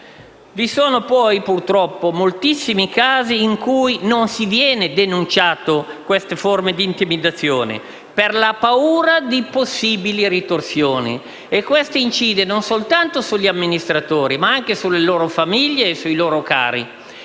Vi sono, inoltre, purtroppo, moltissimi casi in cui non vengono denunciati episodi di intimidazione per la paura di possibili ritorsioni e questo incide non soltanto sugli amministratori, ma anche sulle loro famiglie e sui loro cari